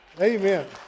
Amen